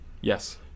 yes